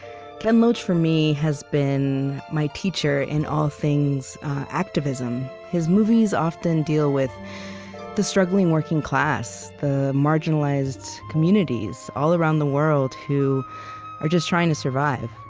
ken loach, for me, has been my teacher in all things activism. his movies often deal with the struggling working class, the marginalized communities all around the world who are just trying to survive.